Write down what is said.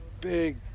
big